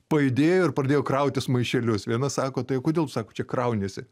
pajudėjo ir pradėjo krautis maišelius viena sako tai o kodėl tu sako čia krauniesi